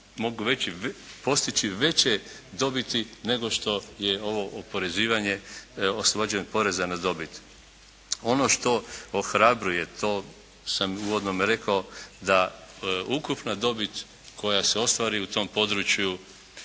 mogu postići veće dobiti nego što je ovo oporezivanje, oslobođen poreza na dobit. Ono što ohrabruje, to sam u uvodnome rekao, da ukupna dobit koja se ostvari u tom području